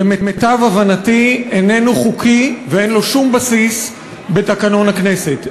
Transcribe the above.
למיטב הבנתי איננו חוקי ואין לו שום בסיס בתקנון הכנסת.